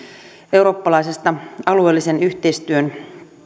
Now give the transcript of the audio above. eurooppalaisesta alueellisen yhteistyön